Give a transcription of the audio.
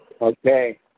Okay